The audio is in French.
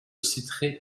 citerai